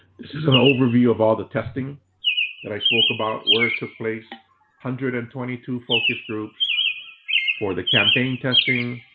this is an overview of all the testing that i spoke about, where it took place. one hundred and twenty two focus groups for the campaign testing.